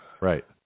Right